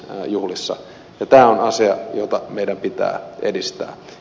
tämä on asia jota meidän pitää edistää